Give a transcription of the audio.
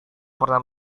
pernah